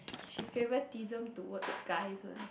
she favoritism towards guys one